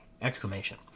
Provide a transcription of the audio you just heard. exclamation